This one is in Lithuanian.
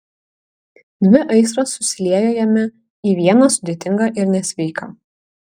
dvi aistros susiliejo jame į vieną sudėtingą ir nesveiką